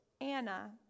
Anna